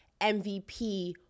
MVP